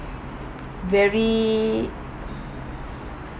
very